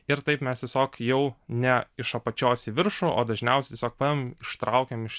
ir taip mes tiesiog jau ne iš apačios į viršų o dažniausiai tiesiog paimam ištraukiam iš